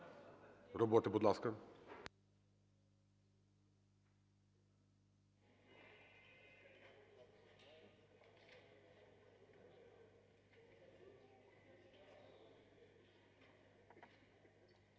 роботи, будь ласка.